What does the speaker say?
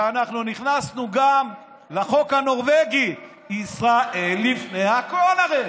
ואנחנו נכנסנו גם לחוק הנורווגי הרי ישראל לפני הכול.